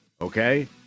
Okay